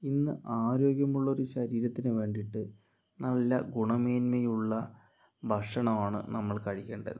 ഇന്ന് ആരോഗ്യമുള്ള ഒരു ശരീരത്തിന് വേണ്ടിയിട്ട് നല്ല ഗുണമേന്മയുള്ള ഭക്ഷണമാണ് നമ്മൾ കഴിക്കേണ്ടത്